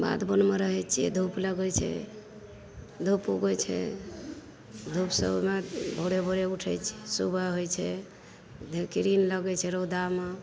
बाध बनमे रहैत छियै धूप लगैत छै धूप उगैत छै धूप से ओना भोरे भोरे उठैत छियै सुबह होइ छै कीरिन लगैत छै रौदामे